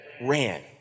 ran